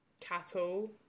cattle